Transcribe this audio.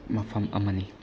ꯃꯐꯝ ꯑꯃꯅꯤ